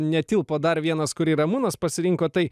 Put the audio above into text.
netilpo dar vienas kurį ramūnas pasirinko tai